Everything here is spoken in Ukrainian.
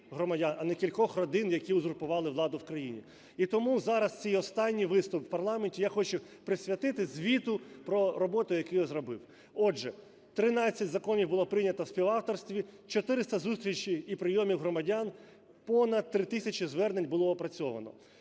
а не кількох родин, які узурпували владу в країні. І тому зараз свій останній виступ в парламенті я хочу присвятити звіту про роботу, яку я зробив. Отже, 13 законів було прийнято в співавторстві, 400 зустрічей і прийомів громадян, понад 3 тисячі звернень було опрацьовано.